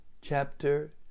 chapter